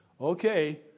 okay